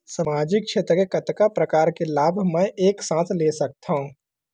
सामाजिक क्षेत्र के कतका प्रकार के लाभ मै एक साथ ले सकथव?